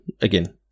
Again